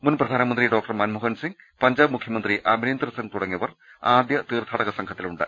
മുൻ പ്രധാനമന്ത്രി ഡോക്ടർ മൻമോഹൻ സിംഗ് പഞ്ചാബ് മുഖ്യമന്ത്രി അമരീന്ദർ സിംഗ് തുടങ്ങിയവർ ആദ്യ തീർത്ഥാടക സംഘത്തിലുണ്ട്